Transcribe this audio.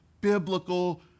biblical